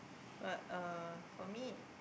but uh for me